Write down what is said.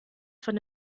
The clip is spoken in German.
von